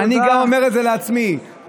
אני אומר את זה גם לעצמי,